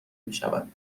میشود